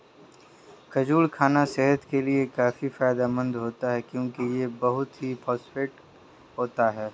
खजूर खाना सेहत के लिए काफी फायदेमंद होता है क्योंकि यह बहुत ही पौष्टिक होता है